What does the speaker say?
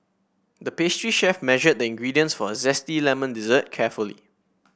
the pastry chef measured the ingredients for a zesty lemon dessert carefully